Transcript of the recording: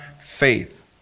faith